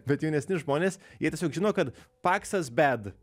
bet jaunesni žmonės jie tiesiog žinojo kad paksas bed